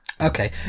Okay